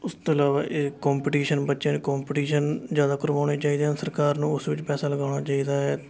ਉਸ ਤੋਂ ਇਲਾਵਾ ਇਹ ਕੋਂਪੀਟੀਸ਼ਨ ਬੱਚਿਆਂ ਨੂੰ ਕੋਂਪੀਟੀਸ਼ਨ ਜ਼ਿਆਦਾ ਕਰਵਾਉਣੇ ਚਾਹੀਦੇ ਹਨ ਸਰਕਾਰ ਨੂੰ ਉਸ ਵਿੱਚ ਪੈਸਾ ਲਗਾਉਣਾ ਚਾਹੀਦਾ ਹੈ